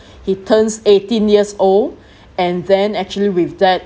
he turns eighteen years old and then actually with that